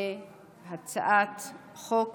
להצעת חוק